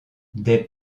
des